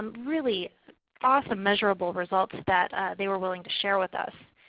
really awesome measurable results that they were willing to share with us.